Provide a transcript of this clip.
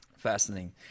Fascinating